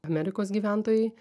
amerikos gyventojai